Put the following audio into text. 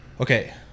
Okay